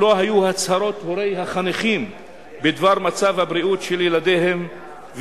דבר מסכם וממליץ,